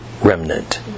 remnant